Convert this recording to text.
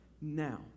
now